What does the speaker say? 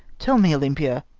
tell me, olympia,